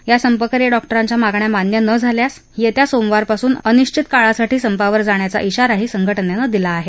या संपकरी डॉक्टांच्या मागण्या मान्य न झाल्यास येत्या सोमवारपासून अनिश्वित काळासाठी संपावर जाण्याच्या शारा संघटनेनं दिला आहे